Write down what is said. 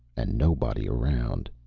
and nobody around.